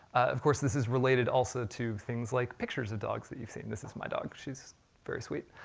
of course this is related also to things like pictures of dogs that you've seen. this is my dog, she's very sweet.